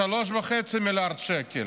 3.5 מיליארד שקל.